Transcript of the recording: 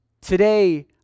Today